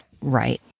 right